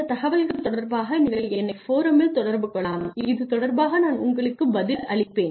இந்த தகவல்கள் தொடர்பாக நீங்கள் என்னை ஃபோரம்மில் தொடர்பு கொள்ளலாம் இது தொடர்பாக நான் உங்களுக்குப் பதிலளிப்பேன்